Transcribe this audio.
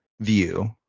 view